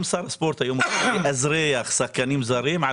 גם שר הספורט היום מאזרח שחקנים זרים על